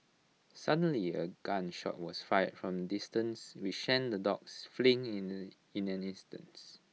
suddenly A gun shot was fired from distance which sent the dogs fleeing in the in an instant